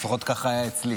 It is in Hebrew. לפחות ככה היה אצלי.